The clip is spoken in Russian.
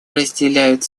разделяют